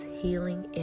healing